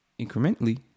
incrementally